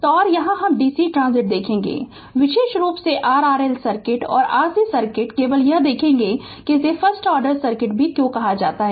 तो और यहाँ हम dc ट्रान्सिएंट देखेंगे विशेष रूप से r RL सर्किट और RC सर्किट केवल यह देखेंगे कि इसे फर्स्ट आर्डर सर्किट भी क्यों कहा जाता है